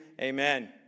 Amen